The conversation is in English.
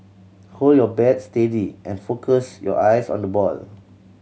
hold your bat steady and focus your eyes on the ball